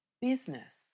business